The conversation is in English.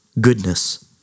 goodness